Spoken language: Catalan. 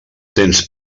temps